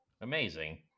amazing